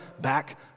back